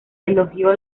elogió